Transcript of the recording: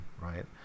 right